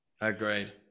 Agreed